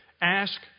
ask